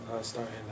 starting